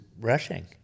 rushing